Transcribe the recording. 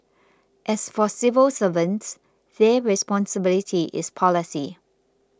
as for civil servants their responsibility is policy